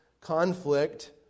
conflict